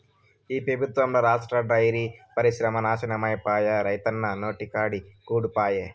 ఈ పెబుత్వంల రాష్ట్ర డైరీ పరిశ్రమ నాశనమైపాయే, రైతన్నల నోటికాడి కూడు పాయె